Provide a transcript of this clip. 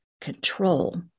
control